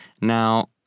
Now